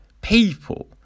people